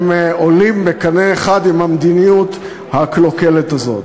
הם עולים בקנה אחד עם המדיניות הקלוקלת הזאת.